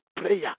prayer